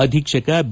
ಅಧಿಕ್ಷಕ B